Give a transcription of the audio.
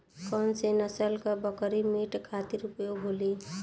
कौन से नसल क बकरी मीट खातिर उपयोग होली?